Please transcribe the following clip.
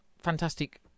fantastic